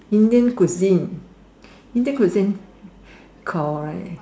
Indian cuisine Indian cuisine correct